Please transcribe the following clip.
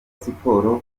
siporo